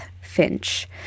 Finch